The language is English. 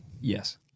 Yes